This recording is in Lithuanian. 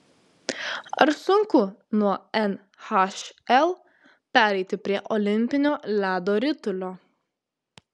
ar sunku nuo nhl pereiti prie olimpinio ledo ritulio